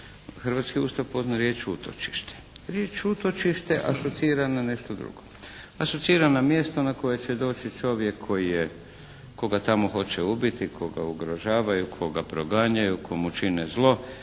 Hrvatski ustav pozna riječ utočište. Riječ utočište asocira na nešto drugo. Asocira na mjesto na koje će doći čovjek koga tamo hoće ubiti, koga ugrožavaju, koga proganjaju, komu čine zlo,